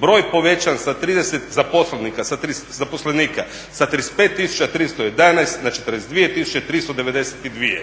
broj povećan sa 30 zaposlenika, sa 35 311 na 42 392